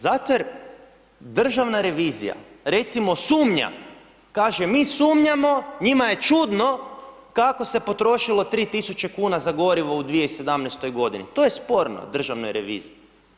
Zato jer državna revizija recimo sumnja, kaže mi sumnjamo, njima je čudno kako se potrošilo 3 tisuće kuna za gorivo o 2017. godini, to je sporno državnoj reviziji.